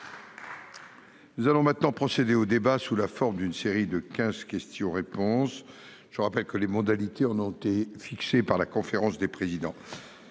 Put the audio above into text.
Nous allons procéder au débat sous la forme d'une série de questions-réponses dont les modalités ont été fixées par la conférence des présidents.